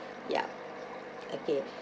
yup okay